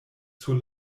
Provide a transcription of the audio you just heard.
sur